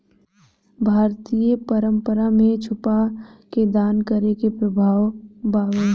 भारतीय परंपरा में छुपा के दान करे के प्रथा बावे